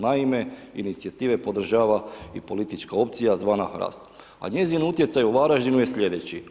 Naime, inicijative podržava i politička opcija zvana HRAST a njezin utjecaj u Varaždinu je sljedeći.